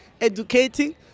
educating